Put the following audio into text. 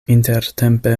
intertempe